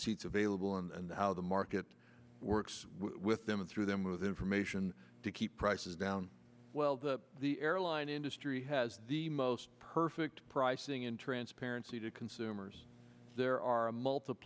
seats available and how the market works with them and through them with information to keep prices down well the the airline industry has the most perfect pricing in transparency to consumers there are a multipl